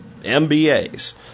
MBAs